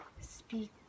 speak